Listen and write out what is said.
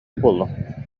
буоллуҥ